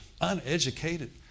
uneducated